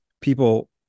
people